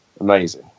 amazing